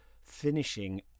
finishing